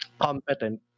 competent